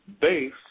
base